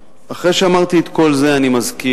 ואחרי שאמרתי את כל זה, אני מזכיר: